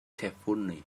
carefully